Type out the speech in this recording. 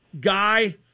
guy